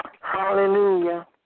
Hallelujah